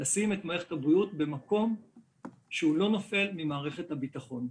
לשים את מערכת הבריאות במקום שהוא לא נופל ממערכת הביטחון.